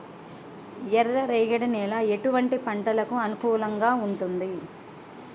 ఎర్ర రేగడి నేల ఎటువంటి పంటలకు అనుకూలంగా ఉంటుంది?